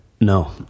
no